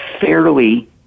fairly